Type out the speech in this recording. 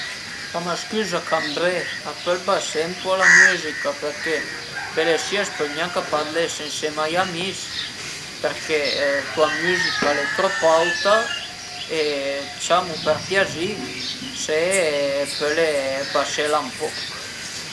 Le piante interne ëntà bagneie 'na volta a la zman-a circa, pöi dopu ëntà vardé ch'al abiu pa dë föie sëcche se no a i s'ie gava, pöi dopu ëntà cuncimeie bin bin, pöi ëntà vardé për certe piante ch'al an pa da manca dël sul, cuandi a ie ël sul diretto ënt i veder ëntà sareie o la tapparella o la persian-a e pöi ëntà ogni tant ëntà cambieie la tera